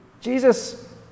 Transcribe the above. Jesus